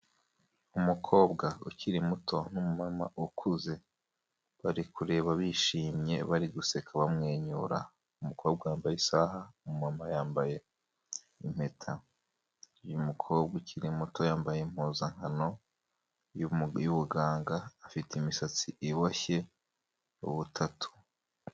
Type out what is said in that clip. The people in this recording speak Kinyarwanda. Umukobwa ukiri muto n'umumama ukuze, bari kureba bishimye bari guseka bamwenyura, umukobwa wambaye isaha, umumama yambaye impeta, ni umukobwa ukiri muto yambaye impuzankano y'ubuganga, afite imisatsi iboshye ubutatu.